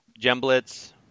Gemblitz